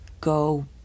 go